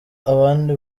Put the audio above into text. abandi